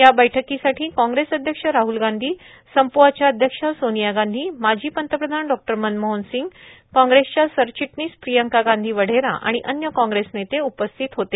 या बैठकीसाठी कॉग्रेस अध्यक्ष राहल गांधी संप्आच्या अध्यक्षा सोनिया गांधी माजी पंतप्रधान डॉ मनमोहन सिंग सरचिटणीस प्रियंका गांधी वढेरा आणि अन्य कॉग्रेस नेते उपस्थित होते